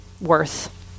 worth